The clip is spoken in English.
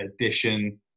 addition